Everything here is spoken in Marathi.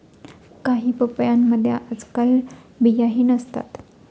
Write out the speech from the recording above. काही पपयांमध्ये आजकाल बियाही नसतात